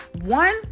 One